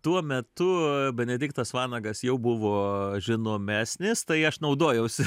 tuo metu benediktas vanagas jau buvo žinomesnis tai aš naudojausi